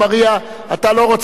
אתה לא רוצה לדבר אני מבין.